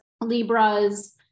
Libras